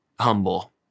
humble